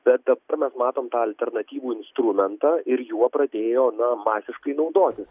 bet dabar mes matom tą alternatyvų instrumentą ir juo pradėjo na masiškai naudotis